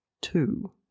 two